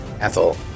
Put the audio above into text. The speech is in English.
Ethel